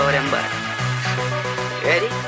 Ready